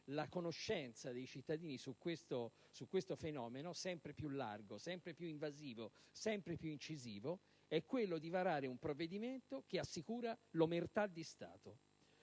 la conoscenza dei cittadini su questo fenomeno, sempre più largo, sempre più invasivo, sempre più incisivo, è quella di varare un provvedimento che assicura l'omertà di Stato.